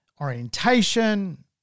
orientation